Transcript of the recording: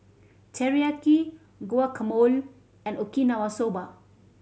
Teriyaki Guacamole and Okinawa Soba